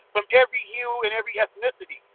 from every hue, and every ethnicity.